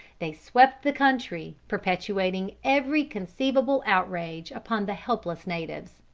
they swept the country, perpetrating every conceivable outrage upon the helpless natives.